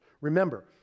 Remember